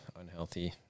unhealthy